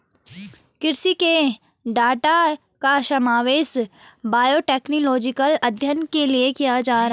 कृषि के डाटा का समावेश बायोटेक्नोलॉजिकल अध्ययन के लिए किया जा रहा है